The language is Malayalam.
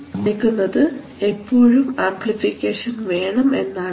ഇത് കാണിക്കുന്നത് എപ്പോഴും ആംപ്ലിഫിക്കേഷൻ വേണം എന്നാണ്